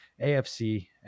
AFC